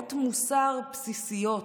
אמות מוסר בסיסיות,